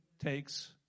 takes